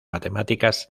matemáticas